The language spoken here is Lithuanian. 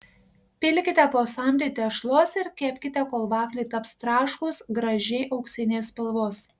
pilkite po samtį tešlos ir kepkite kol vafliai taps traškūs gražiai auksinės spalvos